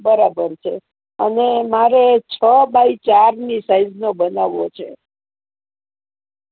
બરાબર છે અને મારે છ બાય ચારની સાઈઝનો બનાવવો છે